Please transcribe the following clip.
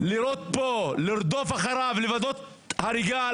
לרדוף אחריו, לירות בו ולוודא הריגה.